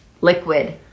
Liquid